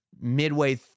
midway